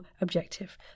objective